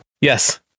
Yes